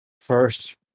first